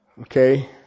Okay